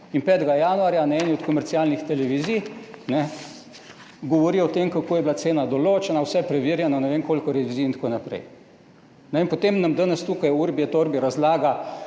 In 5. januarja na eni od komercialnih televizij, ne, govori o tem, kako je bila cena določena, vse preverjeno, ne vem koliko revizij itn. In potem nam danes tukaj v urbi et orbi razlaga,